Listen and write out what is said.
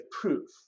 proof